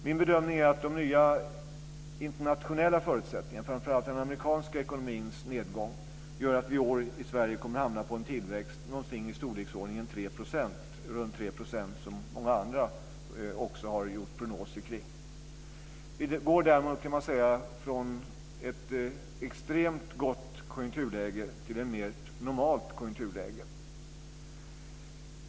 Min bedömning är att de nya internationella förutsättningarna, framför allt den amerikanska ekonomins nedgång, gör att vi i år i Sverige kommer att hamna på en tillväxt runt 3 %, som många andra också har gjort prognoser kring. Därmed kan man säga att vi går från ett extremt gott konjunkturläge till ett mer normalt konjunkturläge.